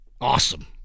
Awesome